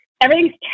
everything's